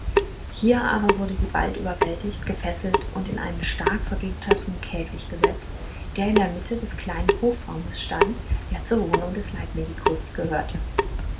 hier aber wurde sie bald überwältigt gefesselt und in einen stark vergitterten käfig gesetzt der in der mitte des kleinen hofraumes stand der zur wohnung des leibmedikus gehörte